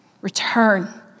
Return